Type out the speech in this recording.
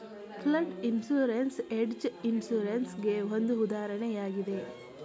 flood insurance hedge insurance ಗೆ ಒಂದು ಉದಾಹರಣೆಯಾಗಿದೆ